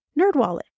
NerdWallet